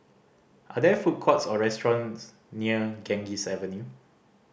are there food courts or restaurants near Ganges Avenue